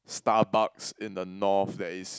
Starbucks in the North that is